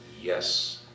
yes